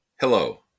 Hello